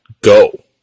go